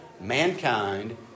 mankind